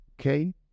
okay